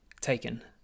taken